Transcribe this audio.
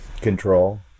Control